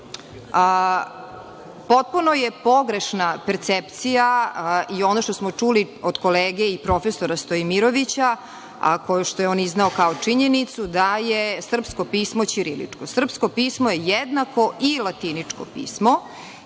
Zašto? Potpuno je pogrešna percepcija i ono što smo od kolege i profesora Stojmirovića, a što je izneo kao činjenicu, da je srpsko pismo ćirilično. Srpsko pismo je jednako i latinično pismo